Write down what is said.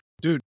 dude